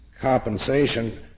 compensation